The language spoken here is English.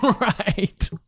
Right